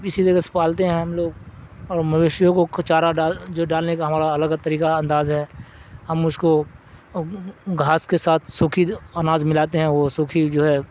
اسی طگہ سے پالتے ہیں ہم لوگ اور مویشوں کو کچارہال جو ڈالنے کا ہمارا الگ الگ طریقہ انداز ہے ہم اس کو گھاس کے ساتھ سوکھی اناج ملاتے ہیں وہ سوکھی جو ہے